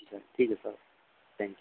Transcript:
जी sir ठीक है sir thank you